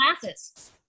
classes